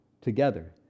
together